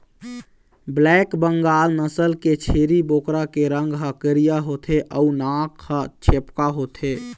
black Bengal नसल के छेरी बोकरा के रंग ह करिया होथे अउ नाक ह छेपका होथे